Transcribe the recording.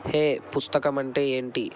hey పుస్తకం అంటే ఏంటి